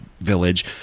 village